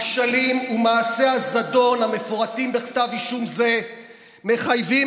הכשלים ומעשי הזדון המפורטים בכתב אישום זה מחייבים